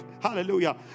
Hallelujah